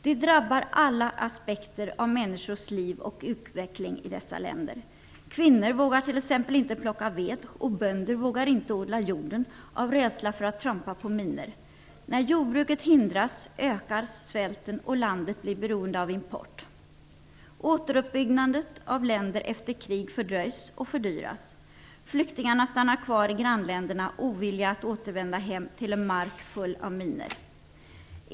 De drabbar människors liv och utveckling i dessa länder från alla aspekter. Kvinnor vågar t.ex. inte plocka ved, och bönder vågar inte odla jorden av rädsla för att trampa på minor. När jordbruket hindras ökar svälten, och landet blir beroende av import. Återuppbyggnaden av länder efter krig fördröjs och fördyras. Flyktingarna stannar kvar i grannländerna ovilliga att återvända hem till en mark full av minor.